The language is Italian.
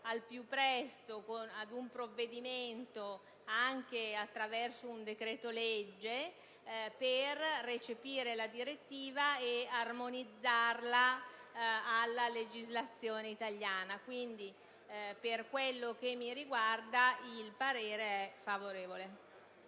al più presto ad un provvedimento, anche attraverso un decreto-legge, per recepire la direttiva e armonizzarla nella legislazione italiana. Quindi, per quello che mi riguarda, il parere è favorevole